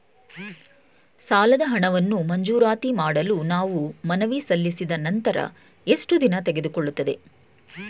ಸಾಲದ ಹಣವನ್ನು ಮಂಜೂರಾತಿ ಮಾಡಲು ನಾವು ಮನವಿ ಸಲ್ಲಿಸಿದ ನಂತರ ಎಷ್ಟು ದಿನ ತೆಗೆದುಕೊಳ್ಳುತ್ತದೆ?